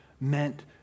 meant